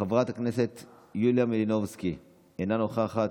חברת הכנסת יוליה מלינובסקי, אינה נוכחת,